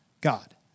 God